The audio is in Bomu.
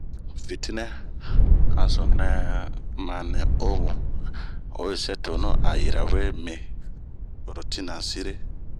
Fitinɛ a sununɛ ma nɛ oomu, oyi sɛɛ tonu a o yira we mii ora tina sire.